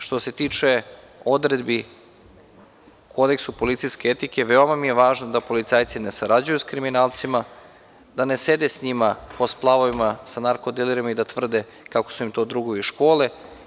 Što se tiče odredbi o kodeksu policijske etike, veoma mi je važno da policajci ne sarađuju sa kriminalcima, da ne sede sa njima po splavovima sa narko dilerima i da tvrde kako su im to drugovi iz škole.